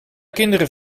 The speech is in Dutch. kinderen